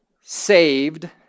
saved